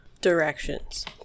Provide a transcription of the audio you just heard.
Directions